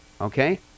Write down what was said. Okay